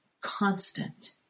constant